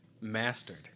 mastered